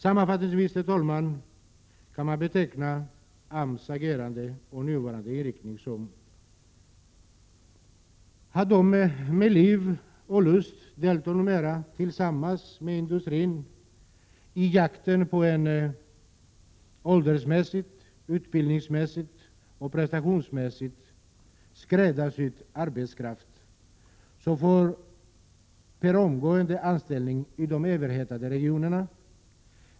Sammanfattningsvis, herr talman, kan AMS agerande och nuvarande inriktning betecknas som att de med liv och lust tillsammans med industrin deltar i jakten på en åldersmässigt, utbildningsmässigt och prestationsmässigt skräddarsydd arbetskraft, som omedelbart får anställning i de överhettade regionerna.